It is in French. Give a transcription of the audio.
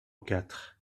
quatre